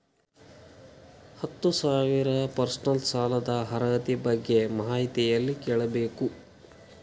ಹತ್ತು ಸಾವಿರ ಪರ್ಸನಲ್ ಸಾಲದ ಅರ್ಹತಿ ಬಗ್ಗೆ ಮಾಹಿತಿ ಎಲ್ಲ ಕೇಳಬೇಕು?